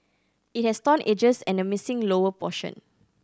it has torn edges and a missing lower portion